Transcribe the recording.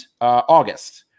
August